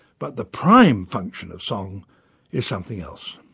but the prime function of song is something else.